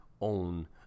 own